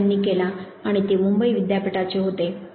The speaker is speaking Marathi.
N Vakil यांनी केला आणि ते मुंबई विद्यापीठाचे होते